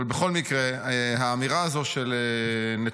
אבל בכל מקרה, האמירה הזאת של נתניהו